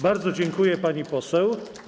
Bardzo dziękuję, pani poseł.